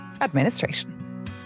Administration